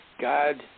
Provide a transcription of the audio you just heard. God